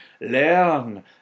learn